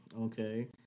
okay